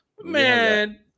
Man